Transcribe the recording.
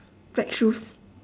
black shoes